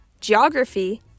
geography